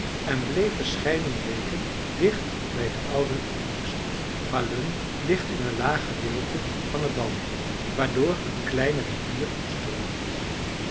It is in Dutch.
en bleef verscheidene weken dicht bij de oude groevestad falun ligt in een laag gedeelte van het dal waardoor een kleine rivier stroomt